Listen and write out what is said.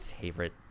favorite